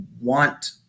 want